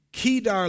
Kedar